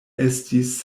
estis